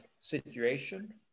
situation